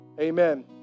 Amen